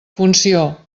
funció